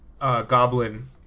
Goblin